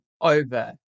over